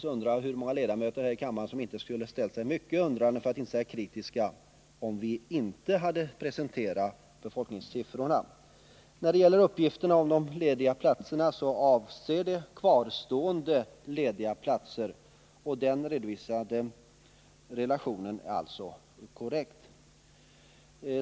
Jag undrar hur många ledamöter som inte hade ställt sig undrande för att inte säga kritiska, om vi inte hade presenterat dessa befolkningssiffror. Våra uppgifter om lediga platser avser kvarstående lediga platser. Den redovisade relationen är alltså korrekt.